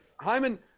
Hyman